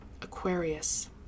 Aquarius